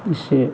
उसे